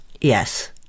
Yes